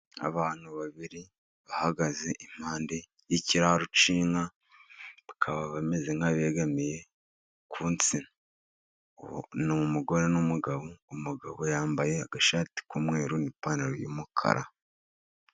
Abantu babiri bahagaze impande y'ikiraro k'inka, bakaba bameze nk'abegamiye ku nsina. Ni umugore n'umugabo, umugabo yambaye agashati k'umweru, n'ipantaro y'umukara.